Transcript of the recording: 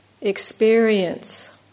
experience